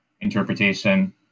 interpretation